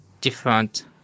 different